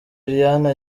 liliane